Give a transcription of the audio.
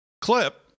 clip